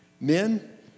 Men